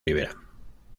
libera